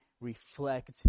reflect